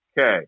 Okay